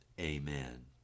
Amen